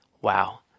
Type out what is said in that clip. wow